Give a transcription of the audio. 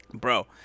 bro